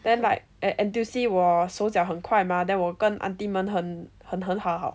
then like at N_T_U_C 我手脚很快 mah then 我跟 auntie 们很很很很好